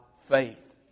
faith